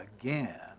again